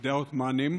בידי העות'מאנים.